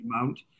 amount